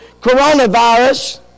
coronavirus